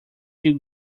still